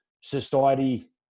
society